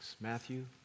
Matthew